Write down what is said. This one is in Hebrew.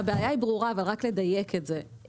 הבעיה היא ברורה, אבל רק לדייק את זה.